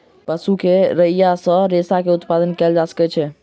पशु के रोईँयाँ सॅ रेशा के उत्पादन कयल जा सकै छै